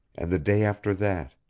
and the day after that,